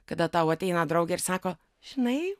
kada tau ateina draugė ir sako žinai